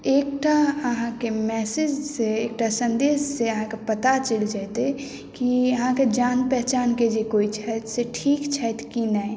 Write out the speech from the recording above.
एकटा अहाँकेँ मैसेज से एकटा सन्देश से अहाँकेँ पता चलि जायत कि अहाँकेँ जान पहचानके जे केओ छथि से ठीक छथि कि नहि